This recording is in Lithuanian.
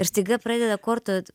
ir staiga pradeda kortų